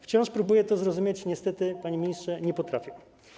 Wciąż próbuję to zrozumieć, ale niestety, panie ministrze, nie potrafię.